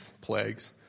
plagues